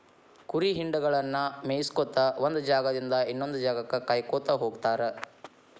ಕುರಿ ಹಿಂಡಗಳನ್ನ ಮೇಯಿಸ್ಕೊತ ಒಂದ್ ಜಾಗದಿಂದ ಇನ್ನೊಂದ್ ಜಾಗಕ್ಕ ಕಾಯ್ಕೋತ ಹೋಗತಾರ